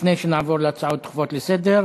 לפני שנעבור להצעות דחופות לסדר.